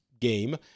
game